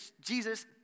Jesus